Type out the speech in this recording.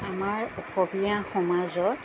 আমাৰ অসমীয়া সমাজত